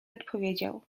odpowiedział